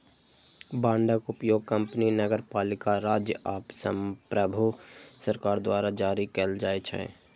बांडक उपयोग कंपनी, नगरपालिका, राज्य आ संप्रभु सरकार द्वारा जारी कैल जाइ छै